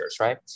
right